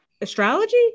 astrology